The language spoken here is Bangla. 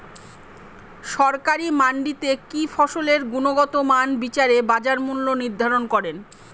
সরকারি মান্ডিতে কি ফসলের গুনগতমান বিচারে বাজার মূল্য নির্ধারণ করেন?